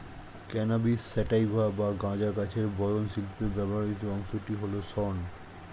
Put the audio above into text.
cannabis sativa বা গাঁজা গাছের বয়ন শিল্পে ব্যবহৃত অংশটি হল শন